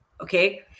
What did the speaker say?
Okay